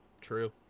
True